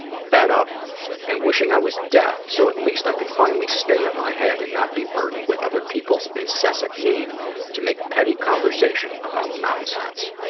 fed up and wishing i was deaf so at least i could finally stay in my head and not be burdened with other people's incessant need to make petty conversation about nonsense.